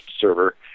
server